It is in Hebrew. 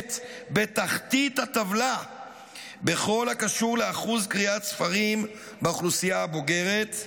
נמצאת בתחתית הטבלה בכל הקשור לאחוז קריאת ספרים באוכלוסייה הבוגרת,